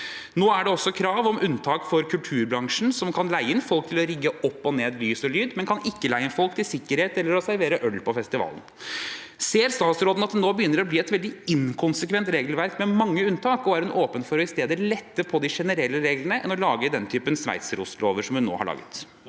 Nå er det også krav om unntak for kulturbransjen, som kan leie inn folk til å rigge opp og ned lys og lyd, men de kan ikke leie inn folk til sikkerhet eller til å servere øl på festival. Ser statsråden at det nå begynner å bli et veldig inkonsekvent regelverk med mange unntak, og er hun åpen for å lette på de generelle reglene heller enn å lage denne typen sveitserostlover som hun nå har laget?